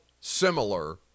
similar